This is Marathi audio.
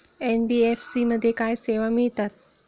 एन.बी.एफ.सी मध्ये काय सेवा मिळतात?